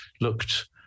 looked